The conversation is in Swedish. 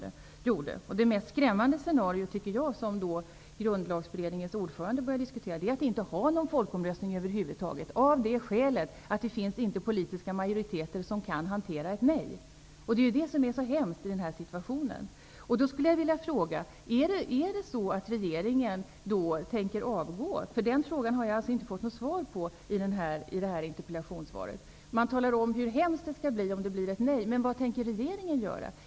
Det scenario som jag tycker är mest skrämmande, och som Grundlagberedningens ordförande började diskutera, är att inte ha någon folkomröstning över huvud taget, av det skälet att det inte finns politiska majoriteter som kan hantera ett nej. Det är ju det som är så hemskt i den här situationen. Jag vill fråga om regeringen då tänker avgå. Den frågan har jag inte fått något svar på i det här interpellationssvaret. Man talar om hur hemskt det kommer att vara om det blir ett nej. Men vad tänker regeringen göra?